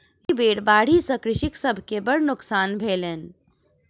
एहि बेर बाढ़ि सॅ कृषक सभ के बड़ नोकसान भेलै